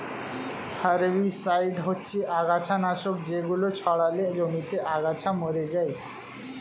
herbicide হচ্ছে আগাছানাশক যেগুলো ছড়ালে জমিতে আগাছা মরে যায়